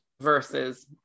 versus